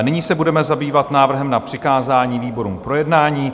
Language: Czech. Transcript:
Nyní se budeme zabývat návrhem na přikázání výborům k projednání.